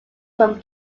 from